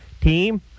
Team